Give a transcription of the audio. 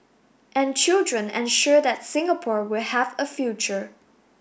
and children ensure that Singapore will have a future